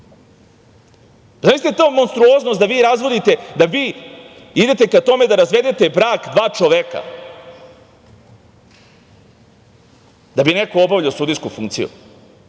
ta monstruoznost da vi razvodite, da idete ka tome da razvedete brak dva čoveka, da bi neko obavljao sudijsku funkciju,